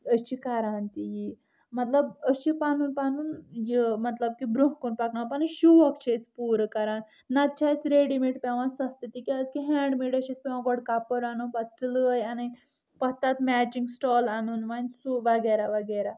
أسۍ چھِ کران تہِ یی مطلب أسۍ چھِ پنُن پنُن یہِ مطلب کہِ برونٛہہ کُن پکناوان مطلب کہِ شوکھ چھِ أسۍ پوٗرٕ کران نتہٕ چھِ اسۍ ریڈیٖ مید پیٚوان سستہٕ تِکیاز کہِ ہینٛڈ میڈس چھُ اسۍ پیٚوان گۄڈٕ کپُر انُن پتہٕ سِلٲے انٕنۍ پتہٕ تتھ میچنگ سٹال انُن وۄنۍ سُہ وغیرہ وغیرہ